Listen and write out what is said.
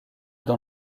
dans